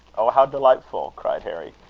oh, how delightful! cried harry.